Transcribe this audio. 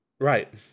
Right